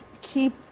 keep